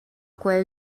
quel